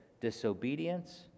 disobedience